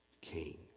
king